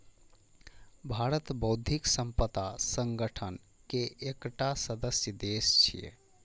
भारत बौद्धिक संपदा संगठन के एकटा सदस्य देश छियै